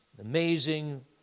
amazing